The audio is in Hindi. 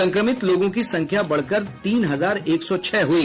संक्रमित लोगों की संख्या बढ़कर तीन हजार एक सौ छह हुई